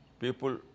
people